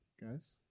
guys